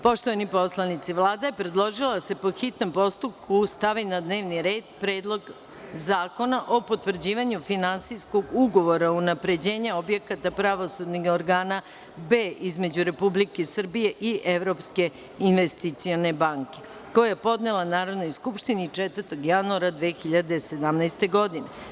Poštovani poslanici, Vlada je predložila da se, po hitnom postupku, stavi na dnevni red Predlog zakona o potvrđivanju finansijskog ugovora „Unapređenje objekata pravosudnih organa B“ između Republike Srbije i Evropske investicione banke, koji je podnela Narodnoj skupštini 4. januara 2017. godine.